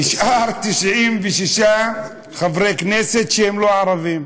נשארו 96 חברי כנסת שהם לא ערבים.